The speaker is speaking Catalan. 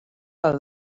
del